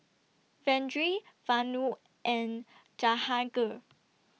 Vedre Vanu and Jahangir